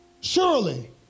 surely